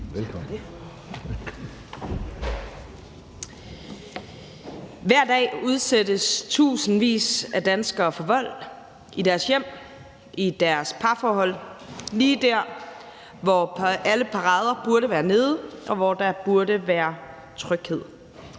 (S): Hver dag udsættes tusindvis af danskere for vold i deres hjem, i deres parforhold – lige der, hvor alle parader burde være nede, og hvor der burde være tryghed.